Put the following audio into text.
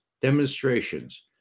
demonstrations